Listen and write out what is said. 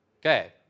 Okay